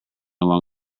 along